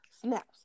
snaps